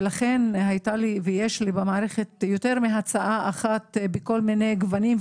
לכן יש לי במערכת יותר מהצעה אחת בכל מיני גוונים.